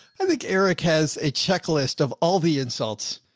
i think eric has a checklist of all the insults.